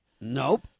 Nope